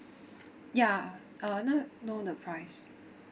ya uh not know the price